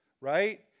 right